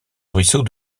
ruisseau